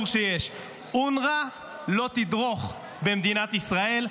שיש: אונר"א לא תדרוך במדינת ישראל.